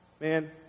Man